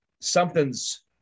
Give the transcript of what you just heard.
something's